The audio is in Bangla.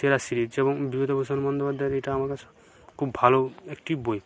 সেরা সিরিজ এবং বিভূতিভূষণ বন্দ্যোপাধ্যায়ের এটা আমার কাছে খুব ভালো একটি বই